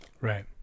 right